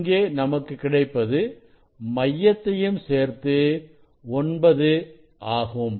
இங்கே நமக்கு கிடைப்பது மையத்தையும் சேர்த்து 9 ஆகும்